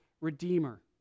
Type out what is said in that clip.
redeemer